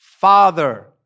father